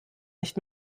nicht